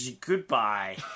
goodbye